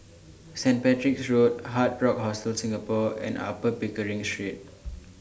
Saint Patrick's Road Hard Rock Hostel Singapore and Upper Pickering Street